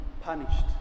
punished